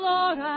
Lord